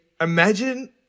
imagine